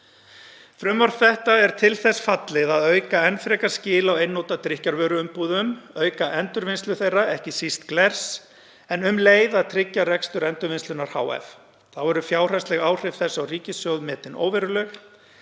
Frumvarpið er til þess fallið að auka enn frekar skil á einnota drykkjarvöruumbúðum, auka endurvinnslu þeirra, ekki síst glers, en um leið að tryggja rekstur Endurvinnslunnar hf. Þá eru fjárhagsleg áhrif þess á ríkissjóð metin óveruleg.